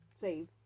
Save